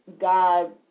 God